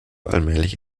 allmählich